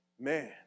Man